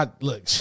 look